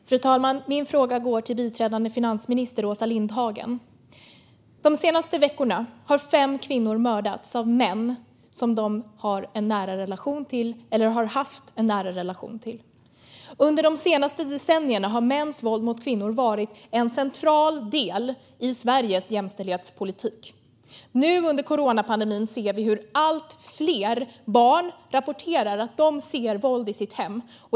Fru talman! Min fråga går till biträdande finansminister Åsa Lindhagen. De senaste veckorna har fem kvinnor mördats av män som de har eller har haft en nära relation till. Under de senaste decennierna har mäns våld mot kvinnor varit en central del i Sveriges jämställdhetspolitik. Nu under coronapandemin ser vi hur allt fler barn rapporterar att de ser våld i sitt hem.